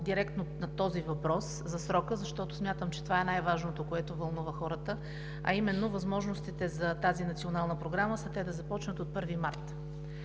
директно на въпроса за срока, защото смятам, че това е най-важното, което вълнува хората, а именно: възможностите за тази национална програма са те да започнат от 1 март.